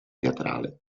teatrale